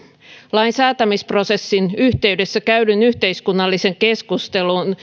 lainsäätämisprosessin yhteydessä käydyn yhteiskunnallisen keskustelun